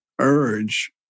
urge